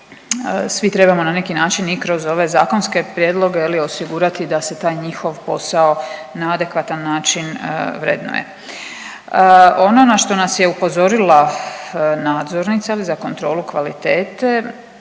svi trebamo na neki način i kroz ove zakonske prijedloge, je li, osigurati da se taj njihov posao na adekvatan način vrednuje. Ono na što nas je upozorila nadzornica za kontrolu kvalitete